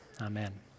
amen